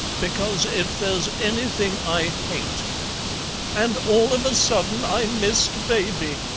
because if there's anything i hate and all of a sudden i missed baby,